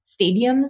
stadiums